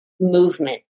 movement